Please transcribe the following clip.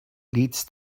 leads